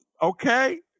Okay